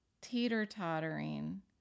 teeter-tottering